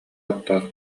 ааттаах